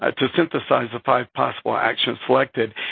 ah to synthesize the five possible actions selected,